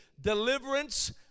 Deliverance